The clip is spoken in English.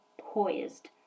poised